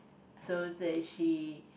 so say she